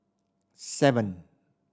seven